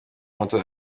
muto